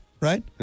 right